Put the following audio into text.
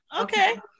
Okay